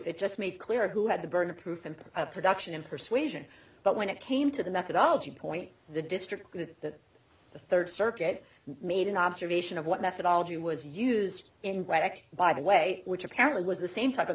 it just made clear who had the burden of proof and production in persuasion but when it came to the methodology point the district that the third circuit made an observation of what methodology was used in black by the way which apparently was the same type of